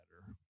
better